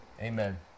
Amen